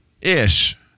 ish